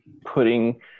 putting –